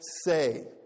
say